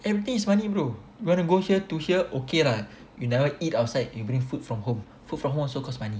everything is money bro you wanna go here to here okay lah you never eat outside you bring food from home food food from home also cost money